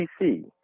PC